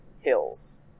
hills